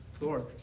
Lord